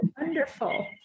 Wonderful